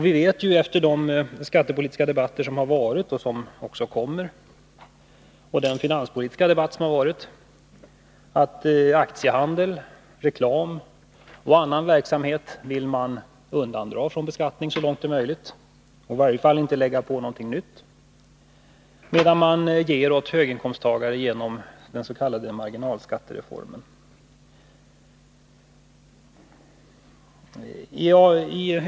Vi vet av de skattepolitiska debatter som förts och av den finansdebatt som nyligen hölls att man så långt det är möjligt vill undandra aktiehandel, reklam och annan verksamhet från beskattning. I varje fall vill man inte lägga på någonting nytt, men man ger åt höginkomsttagarna genom den s.k. marginalskattereformen.